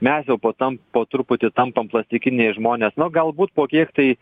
mes jau potam po truputį tampam plastikiniai žmonės na galbūt po kiek tai